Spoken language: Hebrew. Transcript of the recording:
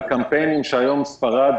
על קמפיינים שהיום ספרד,